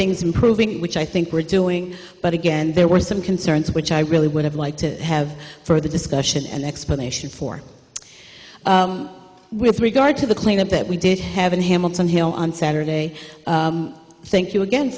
things improving which i think we're doing but again there were some concerns which i really would have liked to have further discussion and explanation for with regard to the cleanup that we did have in hamilton hill on saturday thank you again